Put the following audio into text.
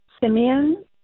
Simeon